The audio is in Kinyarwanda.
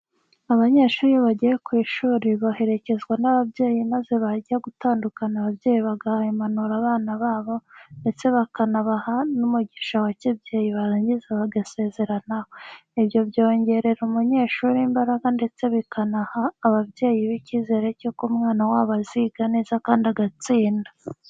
Abanyeshuri iyo bagiye ku ishuri baherekezwa n'ababyeyi maze bajya gutandukana ababyeyi bagaha impanuro abana babo ndetse bakanabaha n'umugisha wa kibyeyi barangiza bagasezeranaho. Ibyo byongerera umunyeshuri imbaraga ndetse bikanaha ababyeyi be icyizere cy'uko umwana wabo aziga neza kandi agatsinda.